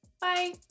Bye